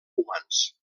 humans